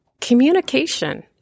communication